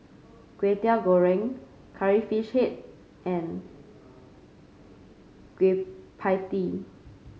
Kwetiau Goreng Curry Fish Head and Kueh Pie Tee